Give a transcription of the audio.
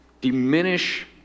diminish